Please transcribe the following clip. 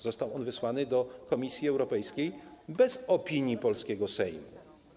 Został on wysłany do Komisji Europejskiej bez opinii polskiego Sejmu.